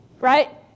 right